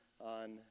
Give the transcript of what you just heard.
on